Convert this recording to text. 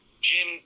Jim